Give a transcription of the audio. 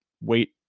wait